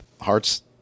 hearts